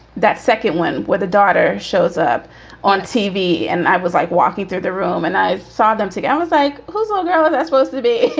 that second one where the daughter shows up on tv. and i was like walking through the room and i saw them. yeah i was like, who's all yeah um that supposed to be?